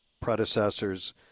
predecessors